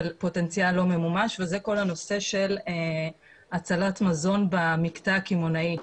פוטנציאל לא ממומש וזה כל הנושא של הצלת מזון במקטע הקמעונאי.